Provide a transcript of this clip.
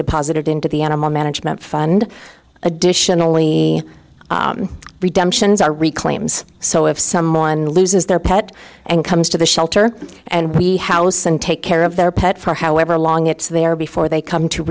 deposited into the animal management fund additionally redemptions are reclaims so if someone loses their pet and comes to the shelter and we house and take care of their pet for however long it's there before they come to